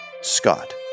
Scott